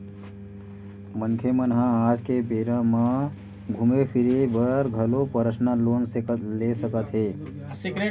मनखे मन ह आज के बेरा म घूमे फिरे बर घलो परसनल लोन ले सकत हे